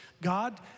God